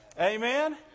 Amen